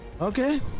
Okay